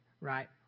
right